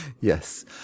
Yes